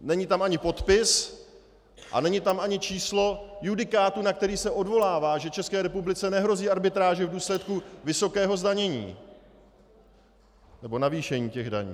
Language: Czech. Není tam ani podpis a není tam ani číslo judikátu, na který se odvolává, že České republice nehrozí arbitráže v důsledku vysokého navýšení daní.